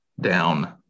down